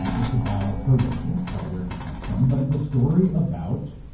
um it's about her lineage, about where she comes from, but it's a story about